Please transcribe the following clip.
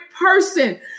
person